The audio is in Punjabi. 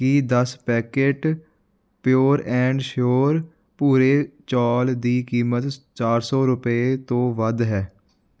ਕੀ ਦਸ ਪੈਕੇਟ ਪਿਓਰ ਐਂਡ ਸ਼ਿਓਰ ਭੂਰੇ ਚੌਲ ਦੀ ਕੀਮਤ ਚਾਰ ਸੌ ਰੁਪਏ ਤੋਂ ਵੱਧ ਹੈ